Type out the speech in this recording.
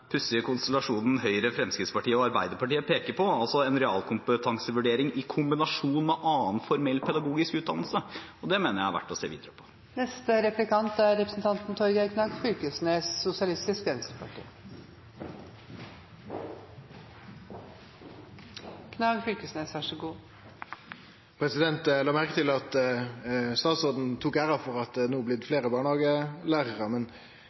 pussige konstellasjonen Høyre, Fremskrittspartiet og Arbeiderpartiet peker på, altså en realkompetansevurdering i kombinasjon med annen formell pedagogisk utdannelse. Det mener jeg er verdt å se videre på. Eg la merke til at statsråden tok æra for at det no har blitt fleire barnehagelærar, men det er vel ikkje ein einaste barnehagelærar som er ferdig utdanna sidan regjeringa kom til makta. Det